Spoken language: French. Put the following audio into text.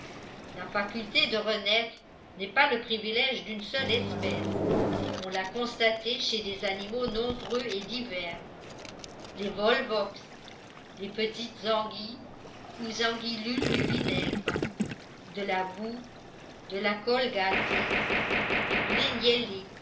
la faculté de renaître n'est pas le privilège d'une seule espèce on l'a constatée chez des animaux nombreux et divers les volvox les petites anguilles ou anguillules du vinaigre de la boue de la colle gâtée du blé